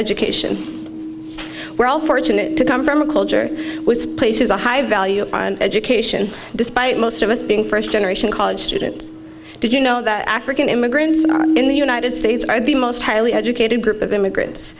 education were all fortunate to come from a culture was places a high value on education despite most of us being first generation college students did you know that african immigrants in the united states are the most highly educated group of immigrants